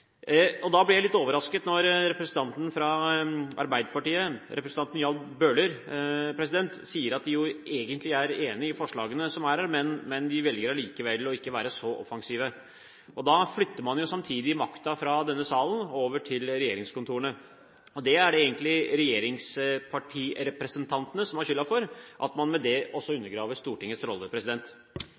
dette. Da ble jeg litt overrasket da representanten fra Arbeiderpartiet, Jan Bøhler, sa at de jo egentlig er enig i forslagene her, men de velger likevel ikke å være så offensive. Da flytter man jo samtidig makten fra denne salen og over til regjeringskontorene. Det er egentlig regjeringspartirepresentantene som har skylden for at man med det også undergraver Stortingets rolle.